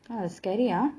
ah scary ah